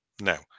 Now